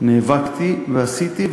נאבקתי ועשיתי.